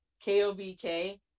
k-o-b-k